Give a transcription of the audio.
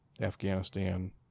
Afghanistan